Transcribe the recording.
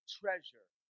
treasure